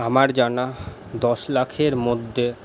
আমার জানা দশ লাখের মধ্যে